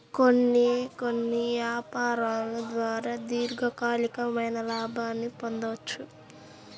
కొన్ని కొన్ని యాపారాల ద్వారా దీర్ఘకాలికమైన లాభాల్ని పొందొచ్చు